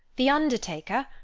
the undertaker,